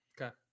Okay